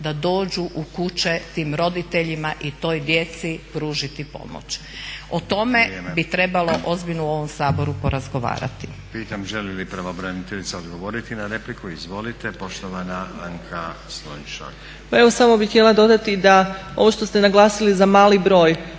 da dođu u kuće tim roditeljima i toj djeci pružiti pomoć. O tome bi trebalo ozbiljno u ovom Saboru progovarati.